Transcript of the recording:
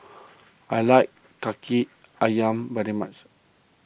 I like Kaki Ayam very much